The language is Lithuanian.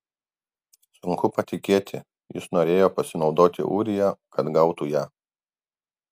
sunku patikėti jis norėjo pasinaudoti ūrija kad gautų ją